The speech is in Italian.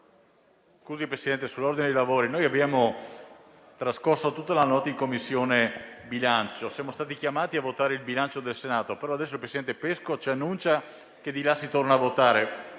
intervengo sull'ordine i lavori. Abbiamo trascorso tutta la notte in Commissione bilancio. Siamo stati chiamati a votare il bilancio del Senato, ma adesso il presidente Pesco ci annuncia che in Commissione si torna a votare.